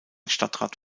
stadtrat